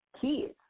kids